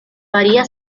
varía